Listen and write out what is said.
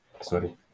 sorry